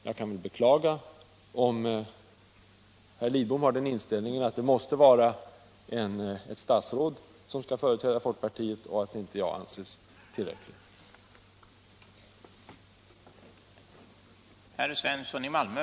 Jag kan bara beklaga om herr Lidbom har den inställningen att det måste vara ett statsråd som skall företräda folkpartiet och att jag inte anses tillräckligt prominent.